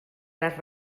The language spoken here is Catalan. les